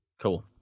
Cool